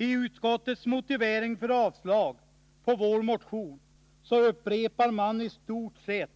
I utskottets motivering för Onsdagen den avstyrkandet av vår motion upprepar man i stort sett